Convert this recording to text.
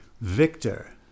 Victor